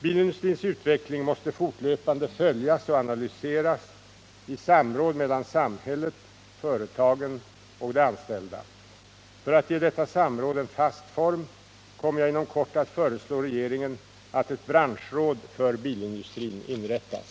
Bilindustrins utveckling måste fortlöpande följas och analyseras i samråd mellan samhället, företagen och de anställda. För att ge detta samråd en fast form kommer jag inom kort att föreslå regeringen att ett branschråd för bilindustrin inrättas.